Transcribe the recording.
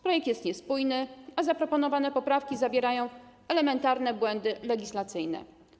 Projekt jest niespójny, a zaproponowane poprawki zawierają elementarne błędy legislacyjne.